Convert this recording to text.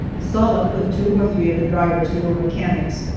sollitt, with two or three of the drivers who were mechanics,